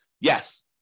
Yes